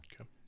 Okay